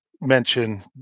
mention